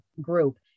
group